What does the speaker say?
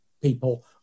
people